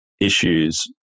issues